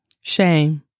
Shame